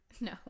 No